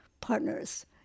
partners